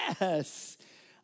Yes